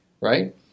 Right